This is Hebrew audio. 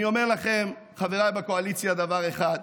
אני אומר לכם, חבריי בקואליציה, דבר אחד: